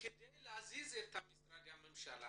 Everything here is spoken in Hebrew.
כדי להזיז את משרדי הממשלה